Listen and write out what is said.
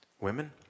women